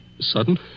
Sudden